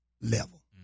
level